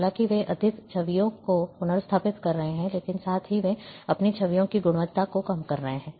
हालांकि वे अधिक छवियों को पुनर्स्थापित कर रहे हैं लेकिन साथ ही वे अपनी छवियों की गुणवत्ता को कम कर रहे हैं